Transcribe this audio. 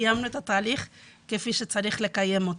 קיימנו את התהליך כפי שצריך לקיים אותו.